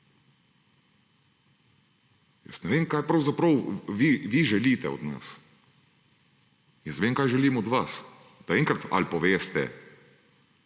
41! Ne vem, kaj pravzaprav vi želite od nas? Jaz vem, kaj želim od vas. Pa enkrat, ali poveste